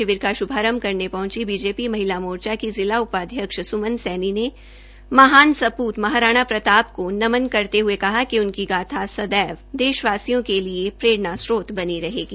शिविर का शुभारंभ करने पहुंची बीजेपी महिला मोर्चा की जिला उपाध्यक्ष सुमन सैनी ने महान सप्रत महाराणा प्रताप को नमन् करते हुए कहा कि उनकी गाथा सदैव देशवासियों के लिए प्रेरणा स्त्रोत बनी रहेगी